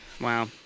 Wow